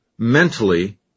mentally